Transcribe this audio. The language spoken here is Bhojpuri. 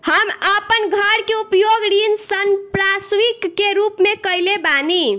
हम अपन घर के उपयोग ऋण संपार्श्विक के रूप में कईले बानी